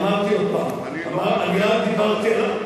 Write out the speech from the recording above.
אמרתי עוד הפעם, אני רק דיברתי על,